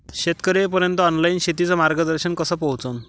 शेतकर्याइपर्यंत ऑनलाईन शेतीचं मार्गदर्शन कस पोहोचन?